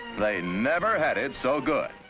they never had it so good.